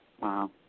Wow